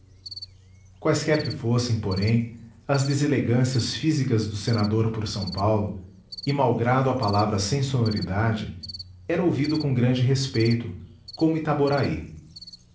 quaisquer que fossem porém as deselegâncias físicas do senador por s paulo e malgrado a palavra sem sonoridade era ouvido com grande respeito como itaboraí